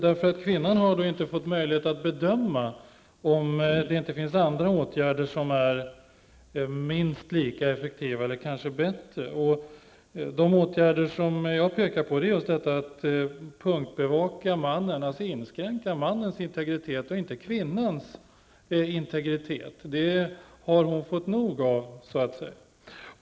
Då har kvinnan inte fått möjlighet att bedöma om det finns andra åtgärder som är minst lika effektiva eller kanske bättre. De åtgärder som jag pekar på är just detta att punktbevaka mannen. Att inskränka mannens integritet och inte kvinnans integritet. Det har hon fått nog av så att säga.